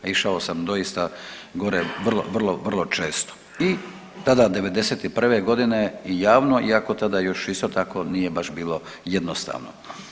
Išao sam doista gore vrlo, vrlo često i tada, '91. g., javno iako tada još isto tako, nije baš bilo jednostavno.